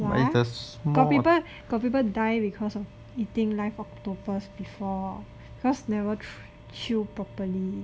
yeah got people got people die because of eating live octopus before because never chew properly